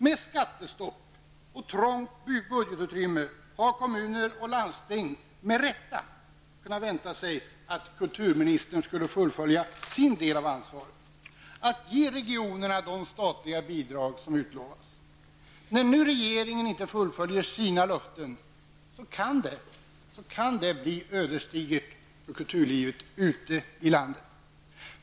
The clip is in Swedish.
Med skattestopp och trångt budgetutrymme har kommuner och landsting med rätta kunnat vänta sig att kulturministern skulle fullfölja sin del av ansvaret, nämligen att ge regionerna de statliga bidrag som utlovats. När nu regeringen inte fullföljer sina löften kan det bli ödesdigert för kulturlivet ute i landet.